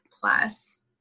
plus